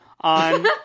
on